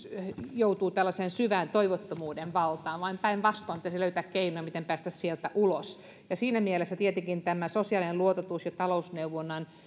joutuu tällaisen syvän toivottomuuden valtaan vaan päinvastoin pitäisi löytää keinoja miten päästä sieltä ulos ja siinä mielessä tietenkin tämä sosiaalinen luototus ja talousneuvonnan